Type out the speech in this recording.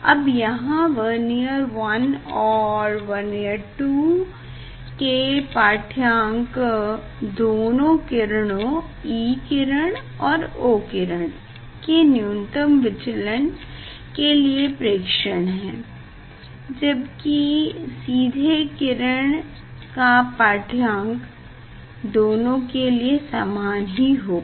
अब यहाँ वर्नियर 1 और वर्नियर 2 के पाढ़्यांक दोनों किरणों E किरण और O किरण के न्यूनतम विचलन के लिए प्रेक्षण हैं जबकि सीधे किरण का पाढ़्यांक दोनों के लिए समान ही होगा